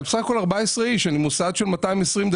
14 איש במוסד של כ-112,000 ₪